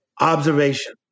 Observation